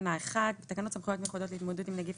תיקון תקנה 1 בתקנות סמכויות מיוחדות להתמודדות עם נגיף